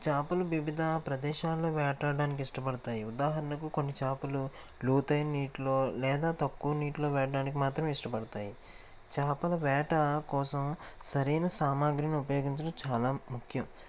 చేపలు వివిధ ప్రదేశాల్లో వేటడానికి ఇష్టపడతాయి ఉదాహరణకు కొన్ని చేపలు లోతైన నీటిలో లేదా తక్కువ నీటిలో వేటడానికి మాత్రమే ఇష్టపడతాయి చేపలు వేట కోసం సరైన సామాగ్రిని ఉపయోగించడం చాలా ముఖ్యం